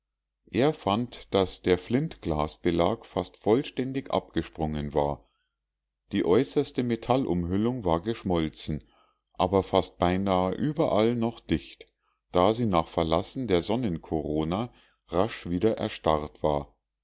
er fand daß der flintglasbelag fast vollständig abgesprungen war die äußerste metallumhüllung war geschmolzen aber fast beinahe überall noch dicht da sie nach verlassen der sonnenkorona rasch wieder erstarrt war